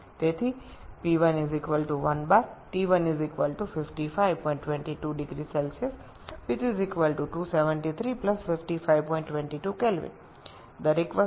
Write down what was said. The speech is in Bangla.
সুতরাং P1 1 bar T1 5522 0C 273 5522 K ধাপে ধাপে সবকিছু সমাধানের পরিবর্তে আমি আপনাকে কেবল ধারণা দিচ্ছি